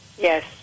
Yes